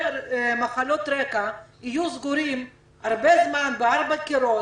מחלות רקע יהיו סגורים זמן רב בין ארבעה קירות,